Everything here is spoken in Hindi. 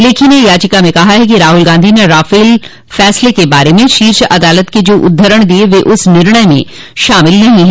लेखी ने याचिका में कहा है कि राहुल गांधी ने राफल फसले के बारे में शोष अदालत के जो उद्घरण दिये वे उस निर्णय में शामिल नहीं है